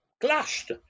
clashed